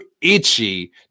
itchy